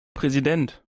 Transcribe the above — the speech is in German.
präsident